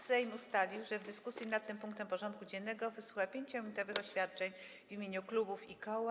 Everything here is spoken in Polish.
Sejm ustalił, że w dyskusji nad tym punktem porządku dziennego wysłucha 5-minutowych oświadczeń w imieniu klubów i koła.